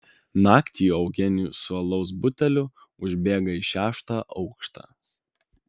naktį eugenijus su alaus buteliu užbėga į šeštą aukštą